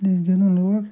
ییٚلہِ اَسہِ گِنٛدُن لوگ